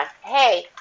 Hey